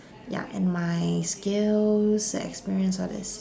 ya and my skills and experience all this